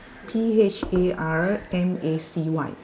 P H A R M A C Y